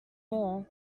ore